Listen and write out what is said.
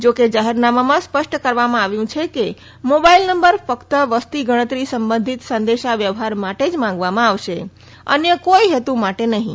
જોકે જાહેરનામામાં સ્પષ્ટ કરવામાં આવ્યું છે કે મોબાઈલ નંબર ફક્ત વસ્તી ગણતરી સંબંધિત સંદેશા વ્યવહાર માટે જ માંગવામાં આવશે અન્ય કોઈ હેતુ માટે નહીં